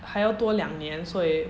还要多两年所以